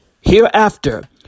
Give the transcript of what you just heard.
Hereafter